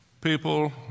people